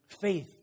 faith